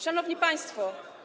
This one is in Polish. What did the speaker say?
Szanowni Państwo!